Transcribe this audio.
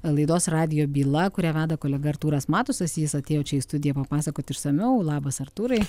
laidos radijo byla kurią veda kolega artūras matusas jis atėjo čia į studiją papasakot išsamiau labas artūrai